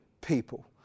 people